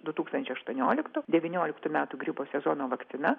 du tūkstančiai aštuonioliktų devynioliktų metų gripo sezono vakcina